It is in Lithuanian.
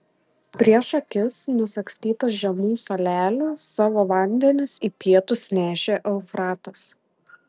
prieš akis nusagstytas žemų salelių savo vandenis į pietus nešė eufratas